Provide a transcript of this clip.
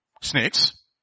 snakes